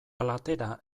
platera